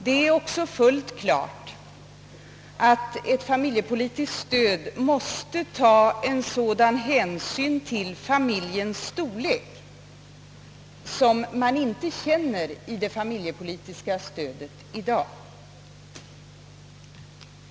Det är också fullt klart att det familjepolitiska stödet måste ta hänsyn till familjens storlek på ett annat sätt än vad som nu är fallet.